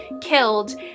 killed